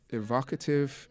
evocative